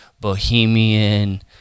bohemian